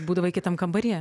būdavai kitam kambaryje